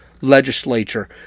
legislature